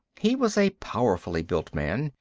he was a powerfully built man,